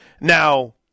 Now